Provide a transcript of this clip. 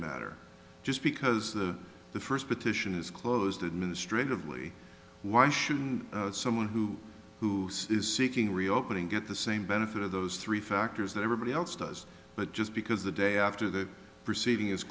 matter just because the first petition is closed administratively why shouldn't someone who is seeking reopening get the same benefit of those three factors that everybody else does but just because the day after the proceeding